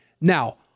Now